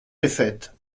défaites